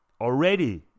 already